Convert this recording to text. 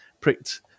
pricked